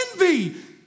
envy